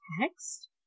text